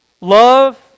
Love